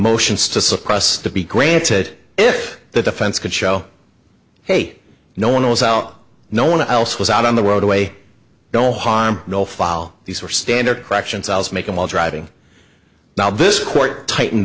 motions to suppress to be granted if the defense could show hey no one was out no one else was out on the roadway no harm no foul these were standard corrections i was making while driving now this court tighten